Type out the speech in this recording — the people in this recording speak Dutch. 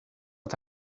dat